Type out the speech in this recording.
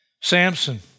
Samson